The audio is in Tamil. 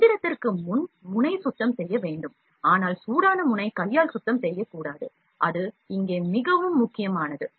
Machining இன் முன் முனை சுத்தம் செய்ய வேண்டும் ஆனால் சூடான முனை கையால் சுத்தம் செய்யக்கூடாது அது இங்கே மிகவும் முக்கியமானது